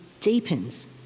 deepens